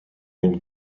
une